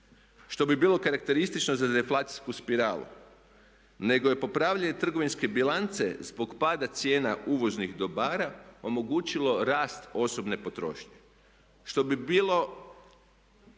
što bi bilo karakteristično za deflacijsku spiralu, nego je popravljanje trgovinske bilance zbog pada cijena uvoznih dobara omogućilo rast osobne potrošnje. Što je